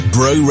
Bro